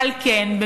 ועל כן,